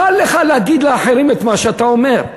קל לך להגיד לאחרים את מה שאתה אומר,